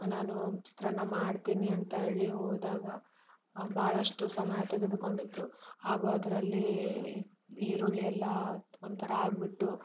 ನಾನು ಚಿತ್ರಾನ್ನ ಮಾಡ್ತೀನಿ ಅಂತ ಹೇಳಿ ಹೋದಾಗ ಬಹಳಷ್ಟು ಸಮಯ ತೆಗೆದುಕೊಂಡಿತ್ತು ಹಾಗೂ ಅದರಲ್ಲಿ ಈರುಳ್ಳಿ ಎಲ್ಲ ಒಂಥರ ಆಗಿಬಿಟ್ಟು